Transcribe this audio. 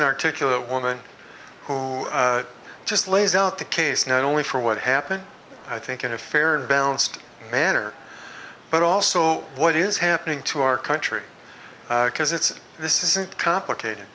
an articulate woman who just lays out the case not only for what happened i think in a fair and balanced manner but also what is happening to our country because it's this isn't complicated